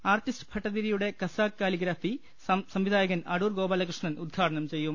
artist ഭട്ടതിരിയുടെ Khasak calligraphy സംവിധായകൻ അടൂർ ഗോപാലകൃഷ്ണൻ ഉദ്ഘാടനം ചെയ്യും